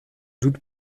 doute